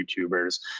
YouTubers